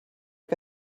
que